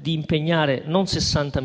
di impegnare non 60